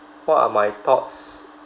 what are my thoughts